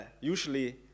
Usually